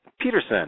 Peterson